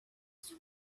too